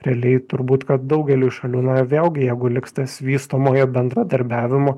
realiai turbūt kad daugeliui šalių na vėlgi jeigu liks tas vystomojo bendradarbiavimo